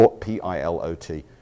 P-I-L-O-T